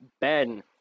Ben